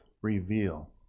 Reveal